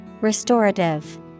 Restorative